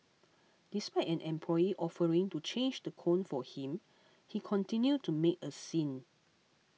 despite an employee offering to change the cone for him he continued to make a scene